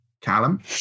Callum